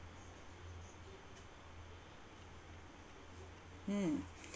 mm